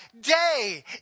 day